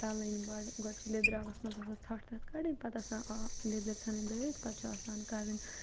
تَلٕنۍ گۄڈٕ گۄڈٕ چھِ لیٚدرٕ آبَس مَنٛز آسان ژھَٹھ تَتھ کَڑٕنۍ پَتہٕ آسان لیٚدٕر ژھٕنٕنۍ دٲرِتھ پَتہٕ چھُ آسان کَڑٕنۍ